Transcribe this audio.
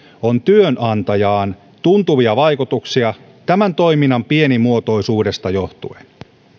on työnantajaan tuntuvia vaikutuksia tämän toiminnan pienimuotoisuudesta johtuen